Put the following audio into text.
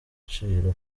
gaciro